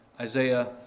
Isaiah